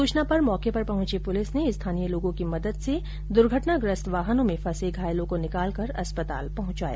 सूचना पर मौके पर पहुंची पुलिस ने स्थानीय लोगों की मदद से दुर्घटनाग्रस्त वाहनों में फंसे घायलों को निकालकर अस्पताल पहुंचाया